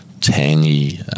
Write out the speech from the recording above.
tangy